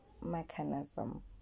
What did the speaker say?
mechanism